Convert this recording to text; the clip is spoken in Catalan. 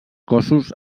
cossos